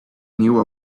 knew